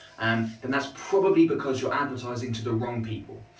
um and that's probably because you're advertising to the wrong people.